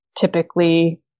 typically